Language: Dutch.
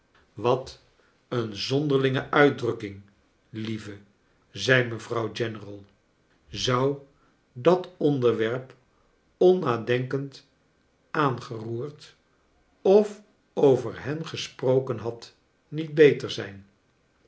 wat een zonderlinge uitdrukking lieve zei mevrouw general zou f dat onder werp onnadenkend aangeroerd of over hen gesproken had niet beter zijn